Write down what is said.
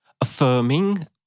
affirming